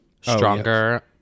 Stronger